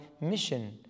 mission